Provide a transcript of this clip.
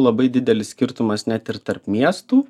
labai didelis skirtumas net ir tarp miestų